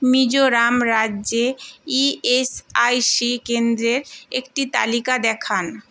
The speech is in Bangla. মিজোরাম রাজ্যে ই এস আই সি কেন্দ্রের একটি তালিকা দেখান